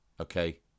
okay